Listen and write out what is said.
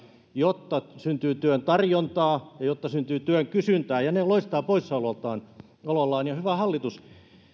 jotta syntyy työn tarjontaa ja jotta synty työn kysyntää ne loistavat poissaolollaan ja hyvä hallitus